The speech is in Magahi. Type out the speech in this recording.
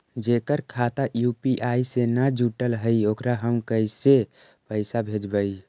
जेकर खाता यु.पी.आई से न जुटल हइ ओकरा हम पैसा कैसे भेजबइ?